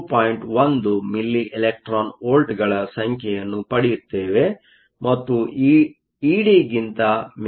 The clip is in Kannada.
1 ಮಿಲ್ಲಿ ಎಲೆಕ್ಟ್ರಾನ್ ವೋಲ್ಟ್ಗಳ ಸಂಖ್ಯೆಯನ್ನು ಪಡೆಯುತ್ತೇವೆ ಮತ್ತು ಇದು ED ಗಿಂತ ಮೇಲೆ ಇದೆ